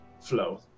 flow